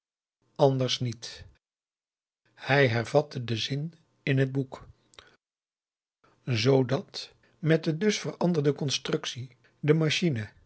anders niet hij hervatte den zin in het boek zoodat met de dus veranderde constructie de machine